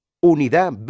Unidad